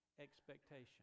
expectation